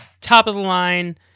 top-of-the-line